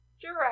giraffe